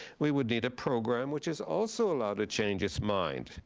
we would need a program, which is also allowed to change its mind.